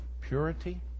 purity